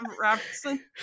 Robertson